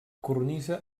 cornisa